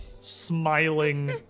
smiling